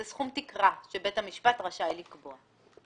זה סכום תקרה שבית המשפט רשאי לקבוע.